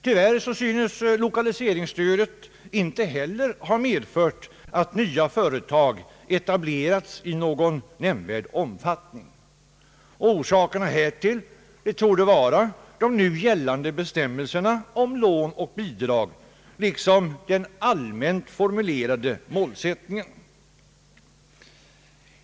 Tyvärr synes lokaliseringsstödet inte heller ha medfört att nya företag etablerats i någon nämnvärd omfattning. Orsakerna härtill torde vara de nu gällande bestämmelserna om lån och bidrag liksom den allmänt formulerade målsättningen.